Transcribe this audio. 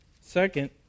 Second